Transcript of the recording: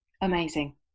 amazing